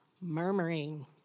murmuring